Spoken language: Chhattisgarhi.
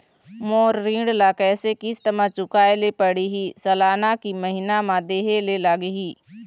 मोर ऋण ला कैसे किस्त म चुकाए ले पढ़िही, सालाना की महीना मा देहे ले लागही?